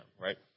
right